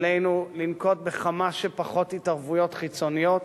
עלינו לנקוט כמה שפחות התערבויות חיצוניות,